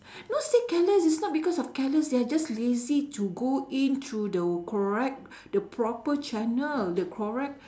not say careless it's not because of careless they are just lazy to go in through the correct the proper channel the correct